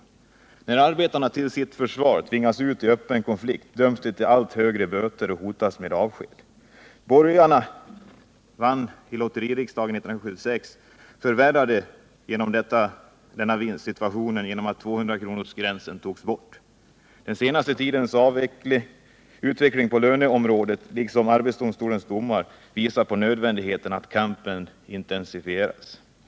När arbetarna till sitt försvar tvingas ut i öppen konflikt, döms de till allt högre böter och hotas med avsked. Borgarna vann ilotteririksdagen 1976 och fick igenom att 200-kronorsgränsen togs bort och förvärrade därmed situationen. Den senaste tidens utveckling på löneområdet liksom arbets 35 domstolens domar visar på nödvändigheten av att kampen intensifieras.